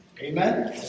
Amen